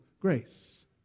grace